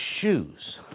shoes